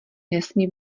nesmí